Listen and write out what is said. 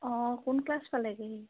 অঁ কোন ক্লাছ পালেগৈ সি